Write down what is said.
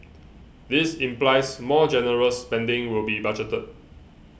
this implies more generous spending will be budgeted